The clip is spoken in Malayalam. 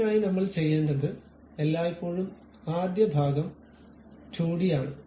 അതിനായി നമ്മൾ ചെയ്യേണ്ടത് എല്ലായ്പ്പോഴും ആദ്യ ഭാഗം 2 ഡി ആണ്